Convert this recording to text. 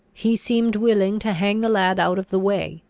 he seemed willing to hang the lad out of the way,